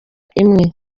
imwe